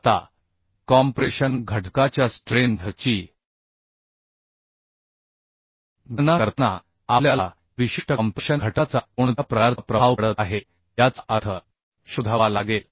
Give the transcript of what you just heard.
आता कॉम्प्रेशन घटकाच्या स्ट्रेंथ ची गणना करताना आपल्याला विशिष्ट कॉम्प्रेशन घटकाचा कोणत्या प्रकारचा प्रभाव पडत आहे याचा अर्थ शोधावा लागेल